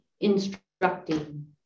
instructing